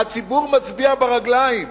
זה שהציבור מצביע ברגליים.